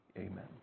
Amen